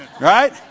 Right